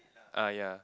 ah ya